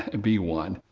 and be one.